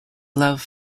love